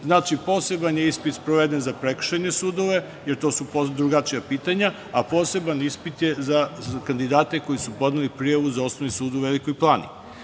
poseban je ispit sproveden za prekršajne sudove, jer to su drugačija pitanja, a poseban ispit je za kandidate koji su podneli prijavu za Osnovni sud u Velikoj